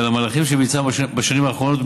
אבל המהלכים שביצענו בשנים האחרונות,